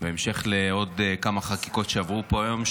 בהמשך לעוד כמה חקיקות שעברו פה היום,